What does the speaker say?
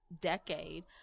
decade